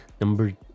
Number